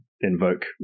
invoke